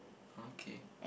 okay